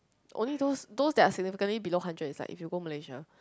only those those are significant below hundred is like if you go Malaysia